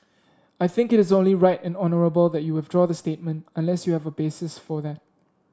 I think it is only right and honourable that you withdraw the statement unless you have a basis for that